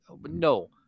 No